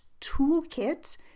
toolkit